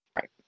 Right